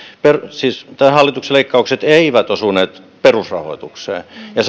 siis kun tämän hallituksen leikkaukset eivät osuneet perusrahoitukseen ja